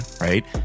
right